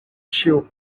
ĉiu